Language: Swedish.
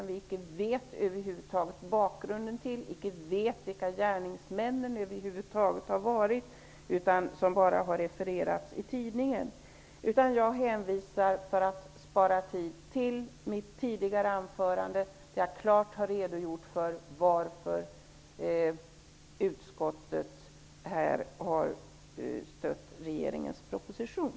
Vi vet icke bakgrunden till detta, och vi vet icke vilka gärningsmännen har varit, utan detta har enbart refererats i tidningen. Jag hänvisar, för att spara tid, till mitt tidigare anförande, där jag klart har redogjort för varför utskottet här har stött regeringens proposition.